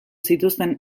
zituzten